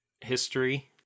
history